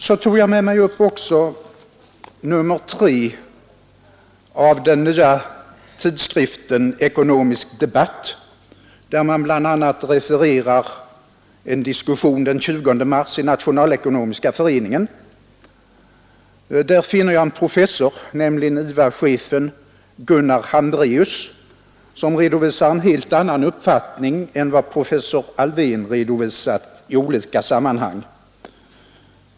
Jag tog också med mig upp i talarstolen nr 3 av den nya tidskriften Ekonomisk Debatt, där man bl.a. refererar en diskussion den 20 mars i Nationalekonomiska föreningen. Där finner jag en professor, nämligen IVA-chefen Gunnar Hambreus, som redovisar en helt annan uppfattning än professor Alfvén har gjort i olika sammanhang.